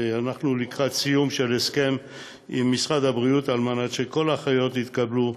ואנחנו לקראת סיום של הסכם עם משרד הבריאות על כך שכל האחיות יתקבלו,